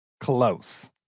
close